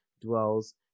dwells